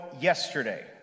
yesterday